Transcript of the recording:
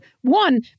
One